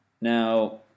Now